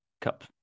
cup